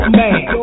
man